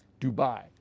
Dubai